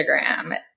Instagram